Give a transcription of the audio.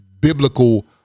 biblical